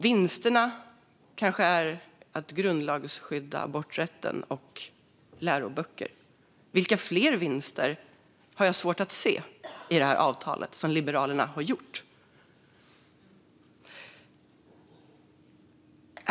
Vinsterna kanske handlar om att grundlagsskydda aborträtten och om läroböcker. Jag har svårt att se vilka fler vinster som Liberalerna har gjort i detta avtal.